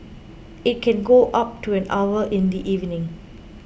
it can go up to an hour in the evening